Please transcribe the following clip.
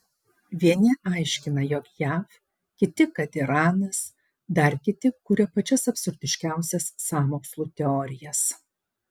vieni aiškina jog jav kiti kad iranas dar kiti kuria pačias absurdiškiausias sąmokslų teorijas